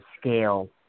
scale